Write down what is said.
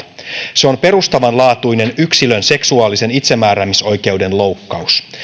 se on perustavanlaatuinen yksilön seksuaalisen itsemääräämisoikeuden loukkaus